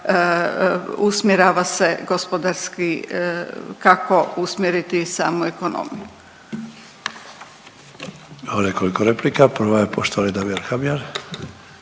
usmjerava se gospodarski kako usmjeriti samu ekonomiju.